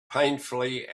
painfully